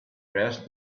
dressed